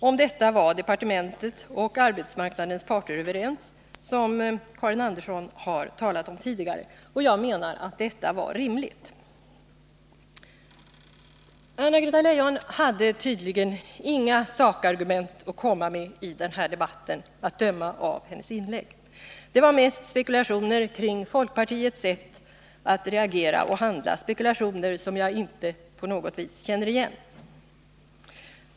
Om detta var departementet och arbetsmarknadens parter överens, som Karin Andersson talat om tidigare. Jag menar att detta var rimligt. Anna-Greta Leijon hade tydligen inga sakargument att komma med i den här debatten, att döma av hennes inlägg. Det var mest spekulationer kring folkpartiet tt att reagera och handla, spekulationer som jag inte på något vis känner igen.